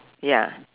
ya